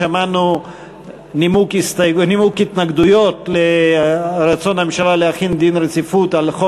שמענו נימוק התנגדויות לרצון הממשלה להחיל דין רציפות על הצעת